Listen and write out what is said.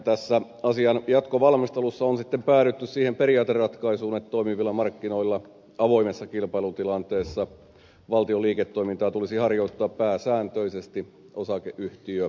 tässä asian jatkovalmistelussa on sitten päädytty siihen periaateratkaisuun että toimivilla markkinoilla avoimessa kilpailutilanteessa valtion liiketoimintaa tulisi harjoittaa pääsääntöisesti osakeyhtiömuodossa